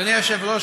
אדוני היושב-ראש,